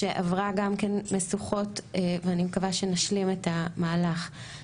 שעברה גם כן משוכות ואני מקווה שנשלים את המהלך,